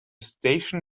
station